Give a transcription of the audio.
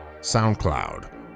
SoundCloud